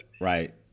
right